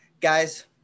Guys